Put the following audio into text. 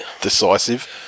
Decisive